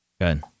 Good